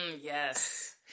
Yes